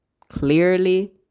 clearly